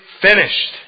finished